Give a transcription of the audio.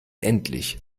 endlich